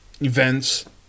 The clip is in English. events